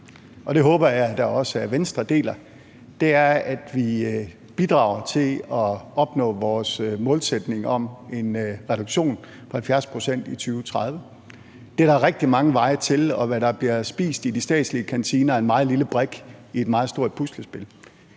det håber jeg da også at Venstre deler – er, at vi bidrager til at opnå vores målsætning om en reduktion på 70 pct. i 2030. Det er der rigtig mange veje til, og hvad der bliver spist i de statslige kantiner, er en meget lille brik i et meget stort puslespil.